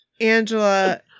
Angela